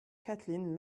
kathleen